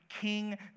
King